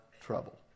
trouble